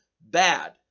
bad